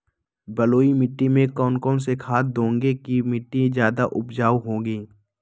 बलुई मिट्टी में कौन कौन से खाद देगें की मिट्टी ज्यादा उपजाऊ होगी?